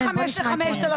בסדר,